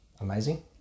amazing